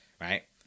right